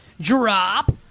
drop